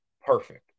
perfect